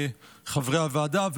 חברי הוועדה,